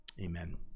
Amen